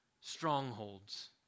strongholds